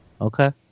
Okay